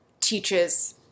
teaches